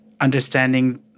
understanding